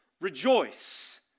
Rejoice